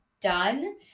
done